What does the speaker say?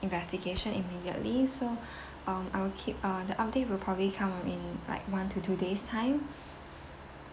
investigation immediately so um I'll keep uh the update will probably come in like one to two days time